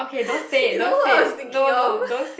you know who I was thinking of